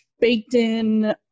baked-in